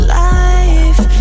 life